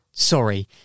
Sorry